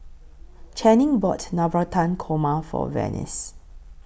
Channing bought Navratan Korma For Venice